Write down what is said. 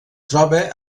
troba